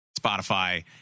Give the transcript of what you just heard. Spotify